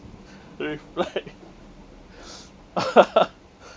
reflect